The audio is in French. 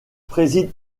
préside